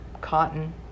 cotton